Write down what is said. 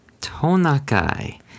Tonakai